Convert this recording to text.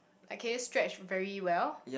like can you stretch very well